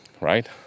right